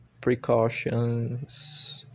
precautions